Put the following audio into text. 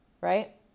right